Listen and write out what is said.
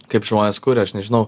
kaip žmonės kuria aš nežinau